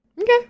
Okay